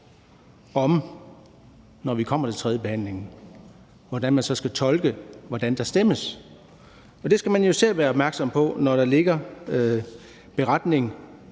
om – når vi kommer til tredjebehandlingen – hvordan man så skal tolke, hvordan der stemmes. Det skal man jo især være opmærksom på, når der ligger en